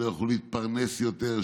שלא יוכלו להתפרנס יותר,